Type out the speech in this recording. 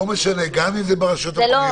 זה לא משנה, גם אם זה ברשויות המקומיות.